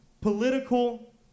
Political